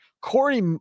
Corey